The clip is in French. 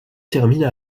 terminent